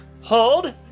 hold